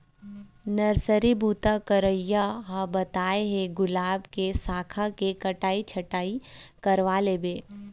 nursery बूता करइया ह बताय हे गुलाब के साखा के कटई छटई करवा लेबे